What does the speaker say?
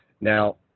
Now